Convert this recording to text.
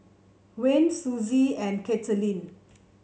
Wayne Suzy and Kathaleen